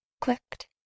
clicked